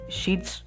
sheets